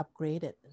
upgraded